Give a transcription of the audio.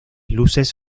luces